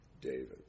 David